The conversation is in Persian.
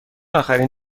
آخرین